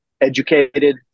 educated